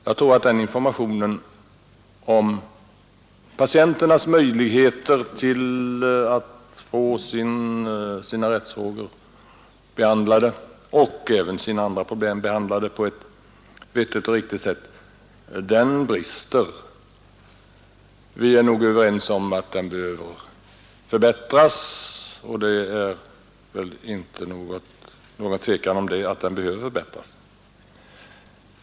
Jag tror att det finns brister i informationen om patienternas möjligheter att få sina rättsfrågor och även sina andra problem behandlade på ett vettigt och riktigt sätt. Vi är överens om att den behöver förbättras, och det är inte något tvivel om att den behöver förbättras.